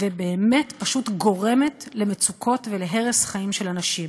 ובאמת פשוט גורמת למצוקות ולהרס חיים של אנשים.